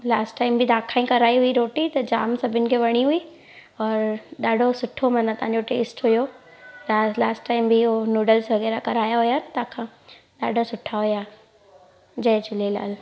last time बि तव्हां खां ई कराई हुई रोटी त जाम सभिनी खे वणी हुई और ॾाढो सुठो माना तव्हांजो टेस्ट हुओ तव्हां लास्ट टाइम बि इहो नूडल्स वग़ैरह कराया हुआ न तव्हांखा ॾाढा सुठा हुआ जय झूलेलाल